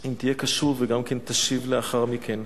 אם תהיה קשוב וגם תשיב לאחר מכן.